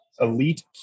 Elite